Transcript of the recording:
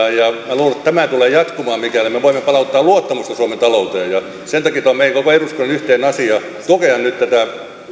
että tämä tulee jatkumaan mikäli me voimme palauttaa luottamusta suomen talouteen sen takia tämä on meidän koko eduskunnan yhteinen asia tukea nyt tätä